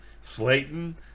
Slayton